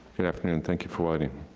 good afternoon, thank you for waiting.